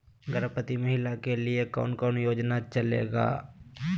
गर्भवती महिला के लिए कौन कौन योजना चलेगा रहले है?